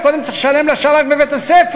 אני קודם צריך לשלם לשרת בבית-הספר,